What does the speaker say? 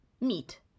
Meat